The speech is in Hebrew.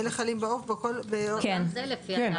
אלה חלים ב- -- לפי התאריכים.